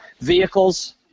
vehicles